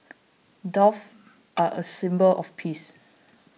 doves are a symbol of peace